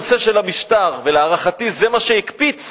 ולהערכתי, זה מה שהקפיץ